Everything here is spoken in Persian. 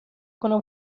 کنم